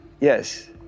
Yes